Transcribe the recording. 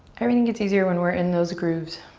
everything gets easier when we're in those grooves.